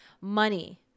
money